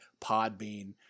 Podbean